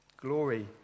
Glory